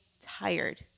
tired